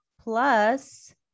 plus